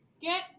Get